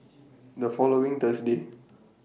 The following Thursday